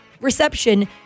reception